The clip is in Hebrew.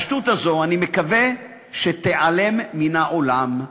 השטות הזאת, אני מקווה שתיעלם מן העולם.